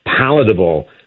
palatable